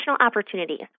opportunities